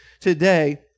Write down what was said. today